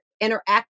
interact